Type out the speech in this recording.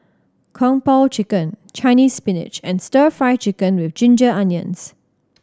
Kung Po Chicken Chinese Spinach and Stir Fry Chicken with ginger onions